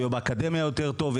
הוא יהיה באקדמיה יותר טוב,